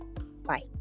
bye